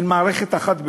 הם מערכת אחת בעיני.